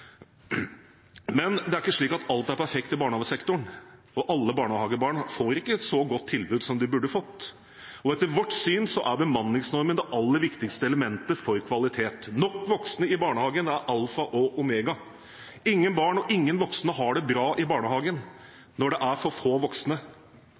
Men det er ikke slik at alt er perfekt i barnehagesektoren, og alle barnehagebarn får ikke et så godt tilbud som de burde fått. Etter vårt syn er bemanningsnormen det aller viktigste elementet for kvalitet. Nok voksne i barnehagen er alfa og omega. Ingen barn og ingen voksne har det bra i barnehagen